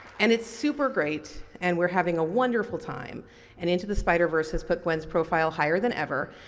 and it's super great and we're having a wonderful time and into the spiderverse has put gwen's profile higher than ever.